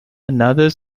another